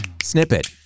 Snippet